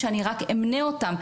שאני רק אמנה אותם,